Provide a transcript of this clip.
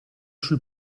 sul